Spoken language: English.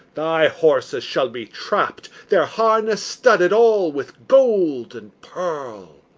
thy horses shall be trapp'd, their harness studded all with gold and pearl.